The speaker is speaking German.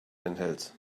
enthält